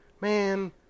man